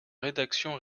rédaction